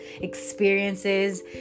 experiences